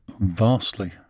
vastly